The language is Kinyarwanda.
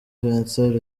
vincent